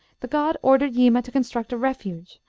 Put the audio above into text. the god ordered yima to construct a refuge,